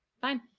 Fine